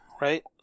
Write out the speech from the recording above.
right